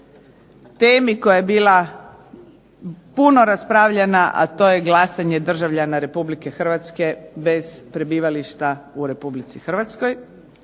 tome koja je bila puno raspravljana, a to je glasanja Republike Hrvatske bez prebivališta u Republici Hrvatskoj.